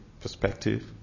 perspective